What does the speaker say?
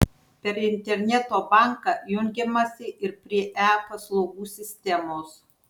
per interneto banką jungiamasi ir prie e paslaugų sistemos